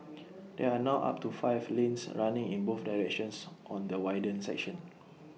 there are now up to five lanes running in both directions on the widened section